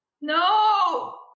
No